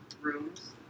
rooms